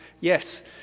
yes